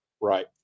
Right